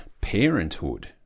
parenthood